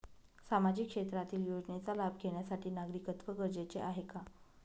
सामाजिक क्षेत्रातील योजनेचा लाभ घेण्यासाठी नागरिकत्व गरजेचे आहे का?